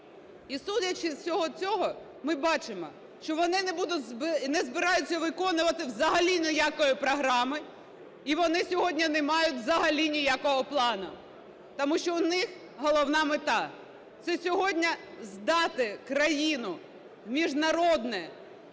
І судячи з всього цього, ми бачимо, що вони не збираються виконувати взагалі ніякої програми, і вони сьогодні не мають взагалі ніякого плану, тому що в них головна мета – це сьогодні здати країну в міжнародне